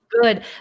Good